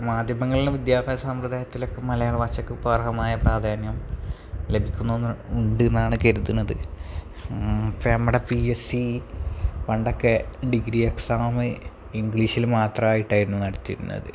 മാധ്യമങ്ങളിലും വിദ്യാഭ്യാസ സമ്പ്രദായത്തിലൊക്കെ മലയാള ഭാഷയ്ക്കിപ്പോള് അർഹമായ പ്രാധാന്യം ലഭിക്കുന്നുണ്ട് എന്നാണ് കരുതുന്നത് ഇപ്പോള് നമ്മുടെ പി എസ് സി പണ്ടൊക്കെ ഡിഗ്രി എക്സാം ഇംഗ്ലീഷില് മാത്രമായിട്ടായിരുന്നു നടത്തിയിരുന്നത്